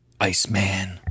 Iceman